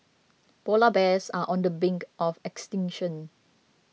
Polar Bears are on the brink of extinction